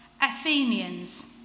Athenians